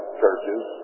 churches